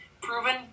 proven